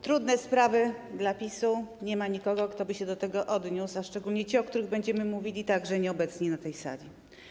Trudne sprawy dla PiS-u, a nie ma nikogo, kto by się do tego odniósł, a szczególnie chodzi o tych, o których będziemy mówili, także oni są nieobecni na tej sali.